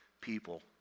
people